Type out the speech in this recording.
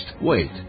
Wait